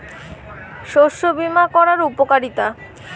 শস্য বিমা করার উপকারীতা?